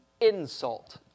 insult